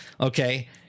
okay